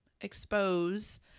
expose